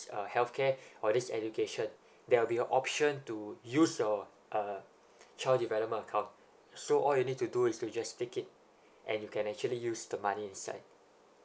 uh healthcare or this education there'll be a option to use your uh child development account so all you need to do is to just click it and you can actually use the money inside